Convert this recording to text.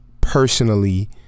personally